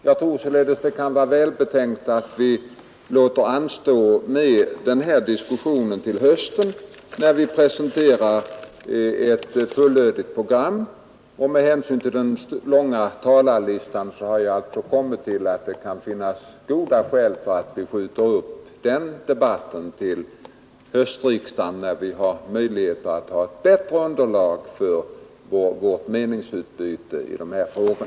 Jag tror alltså att det kan vara välbetänkt att vi låter denna diskussion anstå till hösten då det presenterats ett fullödigt program. Med hänsyn till den långa talarlistan har jag alltså kommit fram till att det finns goda skäl att skjuta upp den debatten till höstriksdagen när vi har ett bättre underlag för vårt meningsutbyte i dessa frågor.